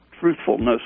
truthfulness